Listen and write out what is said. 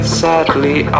sadly